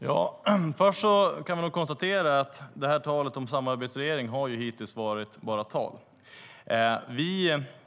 Herr talman! Först kan jag konstatera att talet om samarbetsregering har ju hittills varit bara tal.